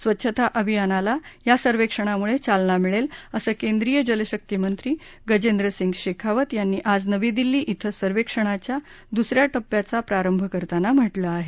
स्वच्छता अभियानाला या सर्वेक्षणामुळे चालना मिळेल असं केंद्रीय जलशक्ती मंत्री गजेंद्र सिंग शेखावत यांनी आज नवी दिल्ली इथं या सर्वेक्षणाच्या द्स या टप्प्याच्या प्रारंभ करताना म्हटलं आहे